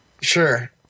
Sure